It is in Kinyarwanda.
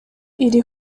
iri